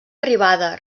arribada